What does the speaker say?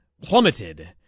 plummeted